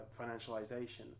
financialization